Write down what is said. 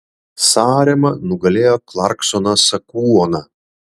sarema nugalėjo klarksoną sakuoną